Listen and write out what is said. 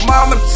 Mama